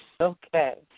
Okay